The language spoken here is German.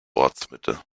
ortsmitte